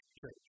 church